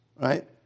Right